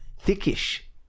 thickish